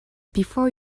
before